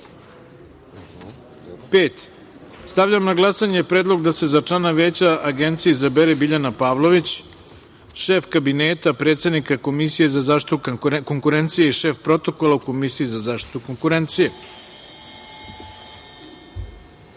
jedan. Stavljam na glasanje predlog da se za člana Veća Agencije izabereBiljana Pavlović, šef Kabineta predsednika Komisije za zaštitu konkurencije i šef protokola u Komisiji za zaštitu konkurencije. Zaustavljam